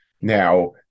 Now